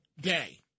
day